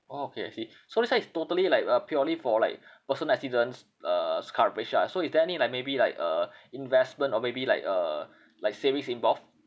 orh okay I see so this [one] is totally like a purely for like personal accidents uh s~ coverage ah so is there any like maybe like uh investment or maybe like uh like savings involved